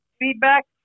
feedback